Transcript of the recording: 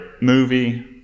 movie